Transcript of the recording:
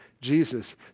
Jesus